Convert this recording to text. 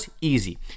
easy